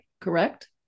correct